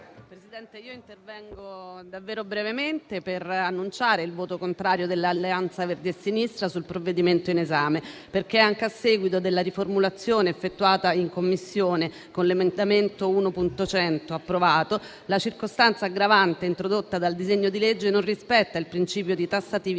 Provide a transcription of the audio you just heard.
Presidente, intervengo davvero brevemente per annunciare il voto contrario di Alleanza Verdi e Sinistra sul provvedimento in esame, perché, anche a seguito della riformulazione effettuata in Commissione, con l'approvazione dell'emendamento 1.100, la circostanza aggravante introdotta dal disegno di legge non rispetta il principio di tassatività